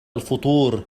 الفطور